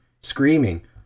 screaming